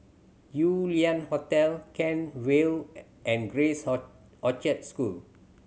Yew Lian Hotel Kent Vale and Grace Orchard School